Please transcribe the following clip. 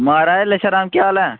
महाराज लच्छा राम केह् हाल ऐ